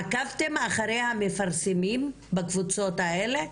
עקבתם אחרי המפרסמים בקבוצות האלה?